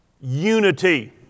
Unity